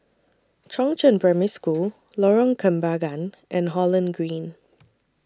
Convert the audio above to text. Chongzheng Primary School Lorong Kembagan and Holland Green